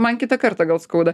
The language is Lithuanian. man kitą kartą gal skauda